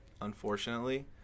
unfortunately